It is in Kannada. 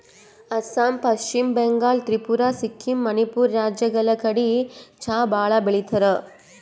ಅಸ್ಸಾಂ, ಪಶ್ಚಿಮ ಬಂಗಾಳ್, ತ್ರಿಪುರಾ, ಸಿಕ್ಕಿಂ, ಮಣಿಪುರ್ ರಾಜ್ಯಗಳ್ ಕಡಿ ಚಾ ಭಾಳ್ ಬೆಳಿತಾರ್